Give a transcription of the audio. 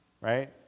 right